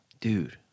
Dude